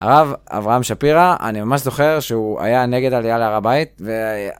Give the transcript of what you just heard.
הרב, אברהם שפירא, אני ממש זוכר שהוא היה נגד עלייה להר הבית